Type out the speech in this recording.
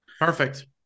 Perfect